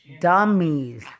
Dummies